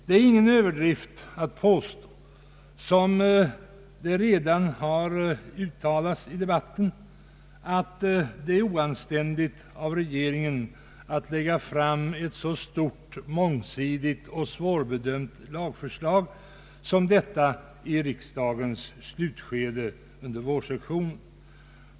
Det är ingen överdrift att påstå — och det har ju redan framhållits i debatten — att det är oanständigt av regeringen att lägga fram ett så stort, mångsidigt och svårbedömt lagförslag som detta i riksdagens slutskede under vårsessionen.